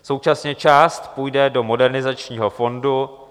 Současně část půjde do Modernizačního fondu.